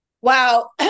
Wow